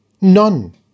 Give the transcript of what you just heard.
None